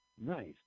Nice